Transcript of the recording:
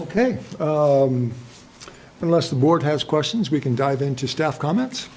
ok unless the board has questions we can dive into stuff comments